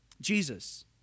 Jesus